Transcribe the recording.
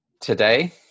Today